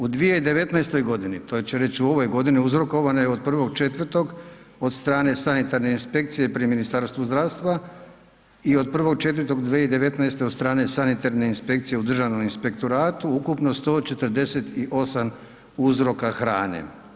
U 2019. g., to će reći u ovoj godini uzrokovano je od 1.4. od strane sanitarne inspekcije pri Ministarstvu zdravstva i od 1.4.2019. od strane sanitarne inspekcije u Državnom inspektoratu u ukupno 148 uzroka hrane.